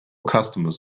customers